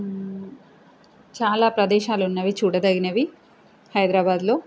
చాలా ప్రదేశాలు ఉన్నవి చూడదగినవి హైద్రాబాద్లో